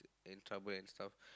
in trouble and stuff